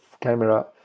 camera